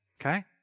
Okay